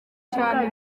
cyane